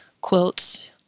quilts